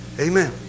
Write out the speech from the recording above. Amen